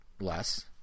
less